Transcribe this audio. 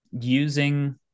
using